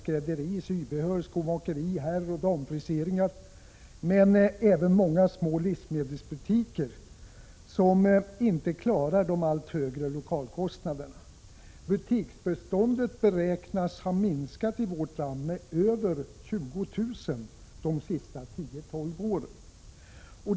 skrädderier, sybehörsaffärer, skomakerier samt herroch damfriseringar. Många små livsmedelsbutiker klarar inte heller av de allt högre lokalkostnaderna. Butiksbeståndet i vårt land beräknas ha minskat med över 20 000 butiker de senaste 10-12 åren.